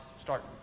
start